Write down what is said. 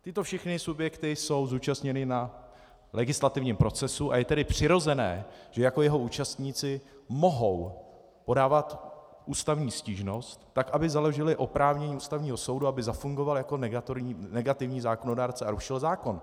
Tyto všechny subjekty jsou zúčastněny na legislativním procesu, a je tedy přirozené, že jako jeho účastníci mohou podávat ústavní stížnost, tak aby založily oprávnění Ústavního soudu, aby zafungovaly jako negativní zákonodárce, a rušil zákon.